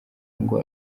ngo